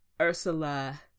Ursula